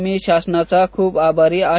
मी शासनाचा खूप आभारी आहे